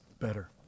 better